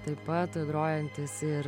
taip pat grojantis ir